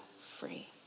free